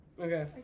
Okay